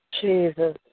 Jesus